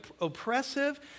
oppressive